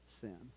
sin